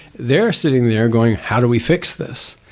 they're sitting there going, how do we fix this?